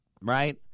right